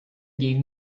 gave